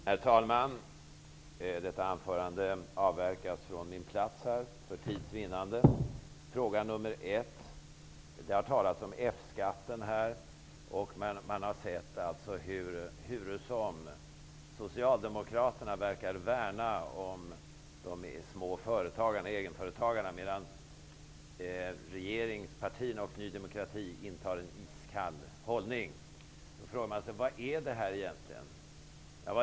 Herr talman! Det har talats om F-skatten. Man har sett hurusom Socialdemokraterna verkar värna om egenföretagarna, medan regeringspartierna och Ny demokrati intar en iskall hållning. Då frågar man sig: Vad är det här egentligen?